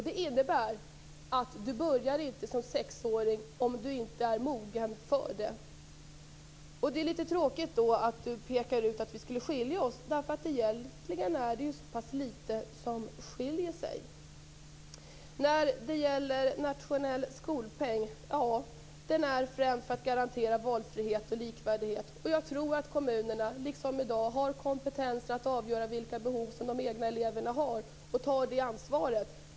Det innebär att en sexåring som inte är mogen för det inte börjar skolan. Det är tråkigt att skolministern pekar ut att det finns en skiljelinje, när det egentligen är så pass litet som skiljer oss. En nationell skolpeng skall främst garantera valfrihet och likvärdighet. Jag tror att kommunerna, liksom i dag, har kompetens att avgöra vilka behov som de egna eleverna har och också tar det ansvaret.